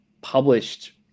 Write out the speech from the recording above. published